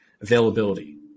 availability